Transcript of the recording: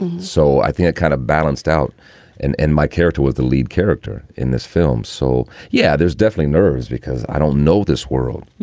and so i think i kind of balanced out and and my character was the lead character in this film. so, yeah, there's definitely nerves because i don't know this world.